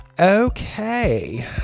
Okay